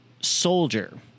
soldier